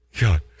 God